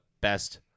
best